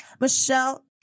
Michelle